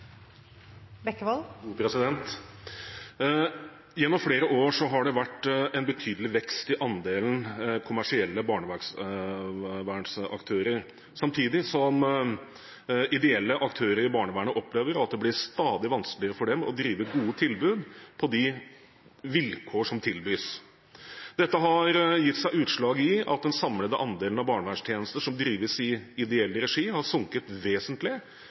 Gjennom flere år har det vært en betydelig vekst i andelen kommersielle barnevernsaktører, samtidig som ideelle aktører i barnevernet opplever at det blir stadig vanskeligere for dem å drive gode tilbud på de vilkår som tilbys. Dette har gitt seg utslag i at den samlede andelen av barnevernstjenester som drives i ideell regi, har sunket vesentlig,